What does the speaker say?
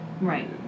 Right